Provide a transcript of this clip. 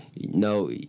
no